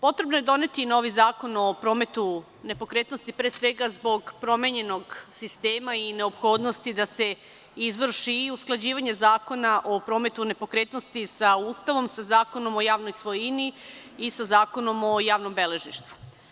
Potrebno je doneti novi Zakon o prometu nepokretnosti, pre svega zbog promenjenog sistema i neophodnosti da se izvrši i usklađivanje Zakona o prometu nepokretnosti sa Ustavom sa Zakonom o javnoj svojini i sa Zakonom o javnom beležništvu.